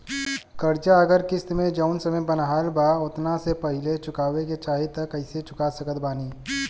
कर्जा अगर किश्त मे जऊन समय बनहाएल बा ओतना से पहिले चुकावे के चाहीं त कइसे चुका सकत बानी?